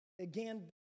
again